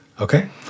okay